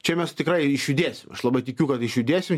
čia mes tikrai išjudėsim aš labai tikiu kad išjudėsim